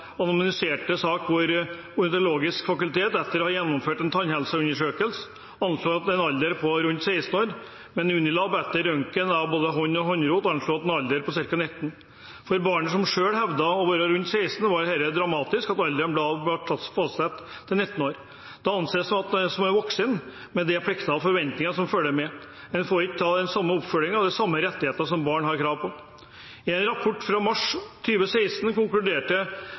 en sak hvor Det odontologisk fakultetet etter å ha gjennomført en tannundersøkelse anslo en alder på rundt 16 år, mens Unilab etter røntgen av både hånd og håndrot anslo en alder på ca. 19 år. For barnet, som selv hevder å være rundt 16 år, var det dramatisk at alderen ble satt til 19 år. Da anses man som en voksen, med de plikter og forventninger som følger med. Da får en ikke den samme oppfølgingen og de samme rettighetene som barn har krav på. I en rapport fra mars 2016 konkluderte